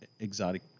Exotic